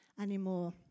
anymore